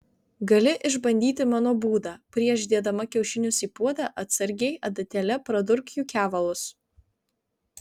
gali išbandyti mano būdą prieš dėdama kiaušinius į puodą atsargiai adatėle pradurk jų kevalus